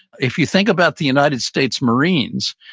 if you think about the united states marines,